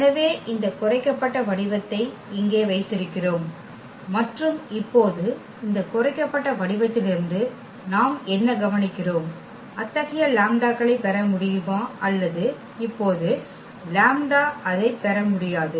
எனவே இந்த குறைக்கப்பட்ட வடிவத்தை இங்கே வைத்திருக்கிறோம் மற்றும் இப்போது இந்த குறைக்கப்பட்ட வடிவத்திலிருந்து நாம் என்ன கவனிக்கிறோம் அத்தகைய லாம்ப்டாக்களைப் பெற முடியுமா அல்லது இப்போது அதைப் பெற முடியாது